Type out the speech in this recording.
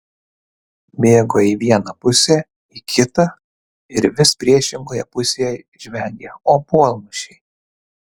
bėgo į vieną pusę į kitą ir vis priešingoje pusėje žvengė obuolmušiai